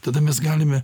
tada mes galime